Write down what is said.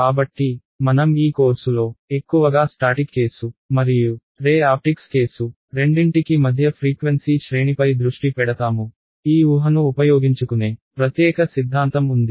కాబట్టి మనం ఈ కోర్సులో ఎక్కువగా స్టాటిక్ కేసు మరియు రే ఆప్టిక్స్ కేసు రెండింటికి మధ్య ఫ్రీక్వెన్సీ శ్రేణిపై దృష్టి పెడతాము ఈ ఊహను ఉపయోగించుకునే ప్రత్యేక సిద్ధాంతం ఉంది